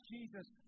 Jesus